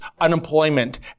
unemployment